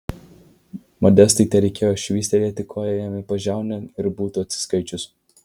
modestai tereikėjo švystelėti koja jam į pažiaunę ir būtų atsiskaičius